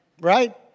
Right